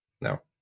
No